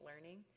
learning